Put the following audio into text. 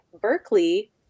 Berkeley